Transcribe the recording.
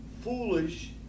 foolish